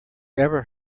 ever